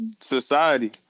society